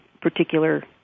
particular